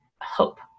hope